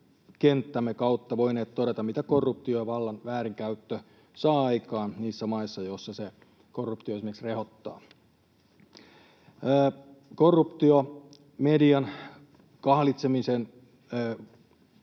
mediakenttämme kautta voineet todeta, mitä korruptio ja vallan väärinkäyttö saavat aikaan niissä maissa, joissa korruptio esimerkiksi rehottaa. Korruptio, median kahlitseminen